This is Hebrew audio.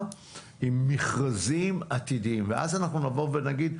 עם מכרזים עתידיים ואז אנחנו נבוא ונגיד,